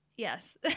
yes